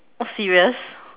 serious